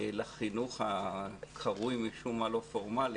לחשוב, ככל שתצטרך, ככל שנצטרך.